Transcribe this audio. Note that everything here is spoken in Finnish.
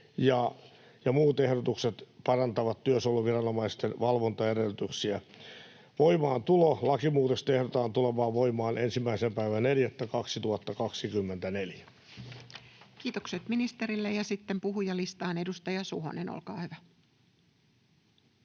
Muut ehdotukset parantavat työsuojeluviranomaisten valvontaedellytyksiä. Voimaantulo: lakimuutosten ehdotetaan tulevan voimaan 1.4.2024. Kiitokset ministerille, ja sitten puhujalistaan. — Edustaja Suhonen, olkaa hyvä.